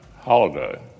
holiday